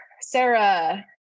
Sarah